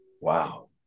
Wow